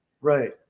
right